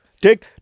Take